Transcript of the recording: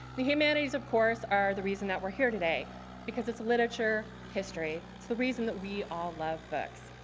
the humanities, of course, are the reason that we're here today because it's literature history. it's the reason that we all love books.